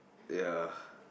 ya